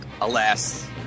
alas